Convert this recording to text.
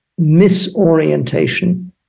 misorientation